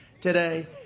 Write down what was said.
today